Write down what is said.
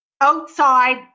Outside